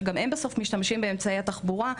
בסוף גם הם משתמשים באמצעי התחבורה.